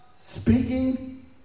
speaking